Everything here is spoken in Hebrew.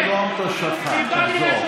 תחזור.